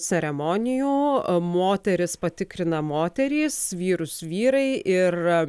ceremonijų a moteris patikrina moterys vyrus vyrai ir